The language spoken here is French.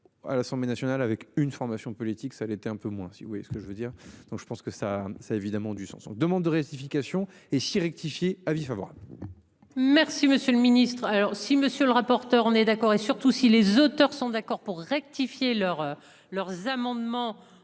À l'Assemblée nationale avec une formation politique, ça l'était un peu moins, si vous voyez ce que je veux dire, donc je pense que ça ça évidemment du sens on demande de rectification et si rectifier à avant. Merci monsieur le ministre. Alors si monsieur le rapporteur. On est d'accord et surtout si les auteurs sont d'accord pour rectifier leurs. Leurs amendements